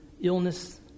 illness